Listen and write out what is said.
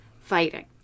fighting